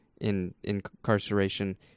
in-incarceration